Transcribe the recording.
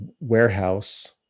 warehouse